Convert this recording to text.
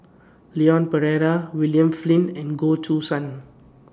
Leon Perera William Flint and Goh Choo San